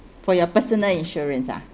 for your personal insurance ah